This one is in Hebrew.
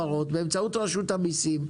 באמצעות רשות המסים,